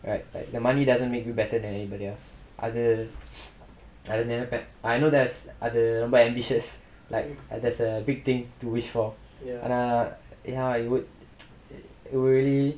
right the money doesn't make you better than anybody else அது அது நெனப்பே:athu athu nenappa I know that's அது romba:athu romba ambitious like that's a big thing to wish for ஆனா:aanaa ya I would I would really